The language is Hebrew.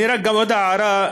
רק עוד הערה.